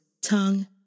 tongue